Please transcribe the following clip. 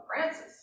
Francis